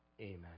Amen